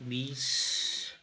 बिस